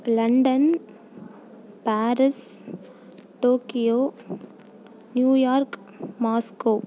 London Paris Tokyo New York Moscow